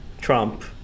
trump